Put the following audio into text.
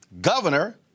Governor